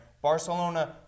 Barcelona